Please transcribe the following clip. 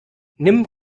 nimm